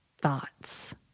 thoughts